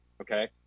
okay